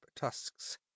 tusks